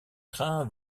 trains